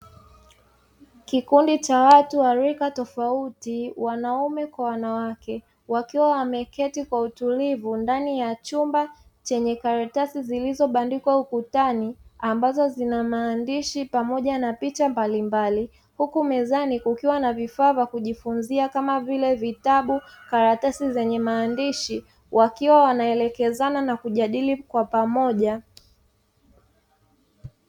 Kikundi cha watu wa rika tofauti wanaume kwa wanawake, wakiwa wameketi kwa utulivu ndani ya chumba chenye karatasi zilizobandikwa ukutani ambazo zina maandishi, pamoja na picha mbalimbali. Huku mezani kukiwa na vifaa vya kujifunzia kama vile vitabu, karatasi zenye maandishi wakiwa wanaelekezana na kujadili kwa pamoja.